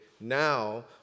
now